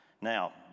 Now